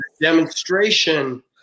demonstration